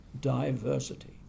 diversity